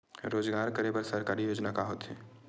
रोजगार करे बर सरकारी योजना का का होथे?